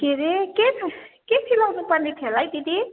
के रे के छ के सिलाउनुपर्ने थियो होला है दिदी